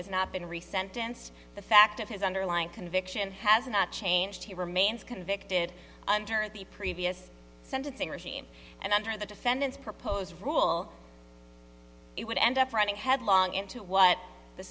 has not been recent events the fact of his underlying conviction has not changed he remains convicted under the previous sentencing regime and under the defendant's proposed rule it would end up running headlong into what the